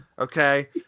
okay